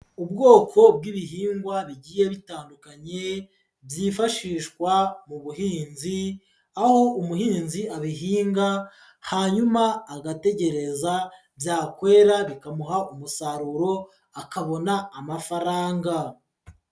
Ubwoko bw'ibihingwa bigiye bitandukanye byifashishwa mu buhinzi, aho umuhinzi abihinga hanyuma agategereza byakwera bikamuha umusaruro akabona amafaranga.